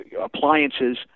appliances